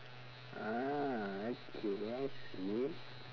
ah okay I see